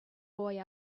boy